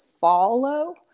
follow